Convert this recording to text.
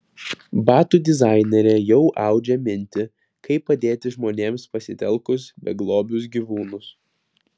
batų dizainerė jau audžia mintį kaip padėti žmonėms pasitelkus beglobius gyvūnus